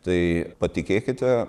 tai patikėkite